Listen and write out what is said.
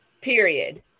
period